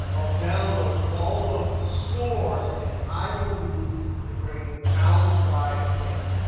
i'll download all of the scores, and i will do the grading outside of canvas.